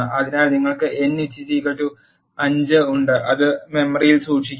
അതിനാൽ നിങ്ങൾക്ക് n 5 ഉണ്ട് അത് മെമ്മറിയിൽ സൂക്ഷിക്കും